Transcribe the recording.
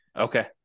Okay